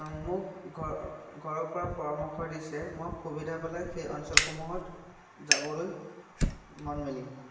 মোক ঘৰৰ পৰা পৰামৰ্শ দিছে মই সুবিধা পালে সেই অঞ্চলসমূহত যাবলৈ মন মেলিম